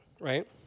right